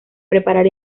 preparar